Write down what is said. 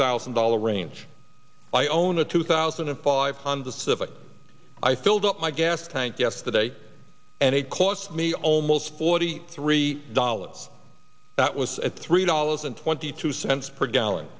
thousand dollar range i own a two thousand and five tons of civet i filled up my gas tank yesterday and it cost me almost forty three dollars that was at three dollars and twenty two cents per gallon